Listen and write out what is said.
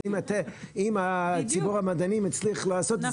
אז אם ציבור המדענים הצליח לעשות את זה,